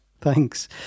thanks